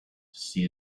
see